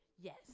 yes